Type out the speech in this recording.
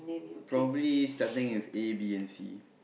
probably starting with A B and C